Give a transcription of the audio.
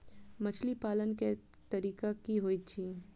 मछली पालन केँ तरीका की होइत अछि?